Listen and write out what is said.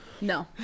No